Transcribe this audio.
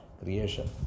creation